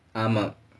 ஆமா:aamaa